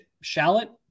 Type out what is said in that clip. Shallot